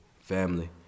family